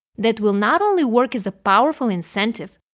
that will not only work as a powerful incentive,